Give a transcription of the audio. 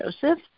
Joseph